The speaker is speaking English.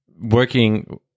working